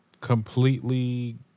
completely